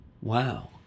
Wow